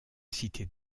cité